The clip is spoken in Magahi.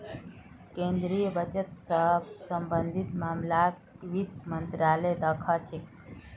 केन्द्रीय बजट स सम्बन्धित मामलाक वित्त मन्त्रालय द ख छेक